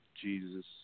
Jesus